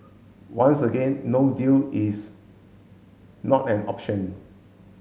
once again no deal is not an option